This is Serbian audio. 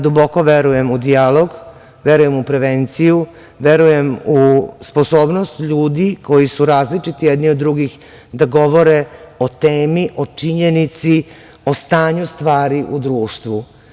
Duboko verujem u dijalog, verujem u prevenciju, verujem u sposobnost ljudi koji su različiti jedni od drugih da govore o temi, o činjenici, o stanju stvari u društvu.